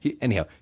Anyhow